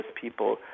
people